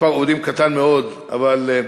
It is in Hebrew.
מספר עובדים קטן מאוד אבל עם